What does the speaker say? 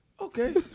Okay